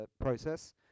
process